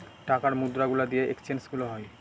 টাকার মুদ্রা গুলা দিয়ে এক্সচেঞ্জ গুলো হয়